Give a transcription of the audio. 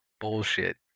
bullshit